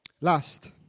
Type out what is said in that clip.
Last